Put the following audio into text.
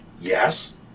Yes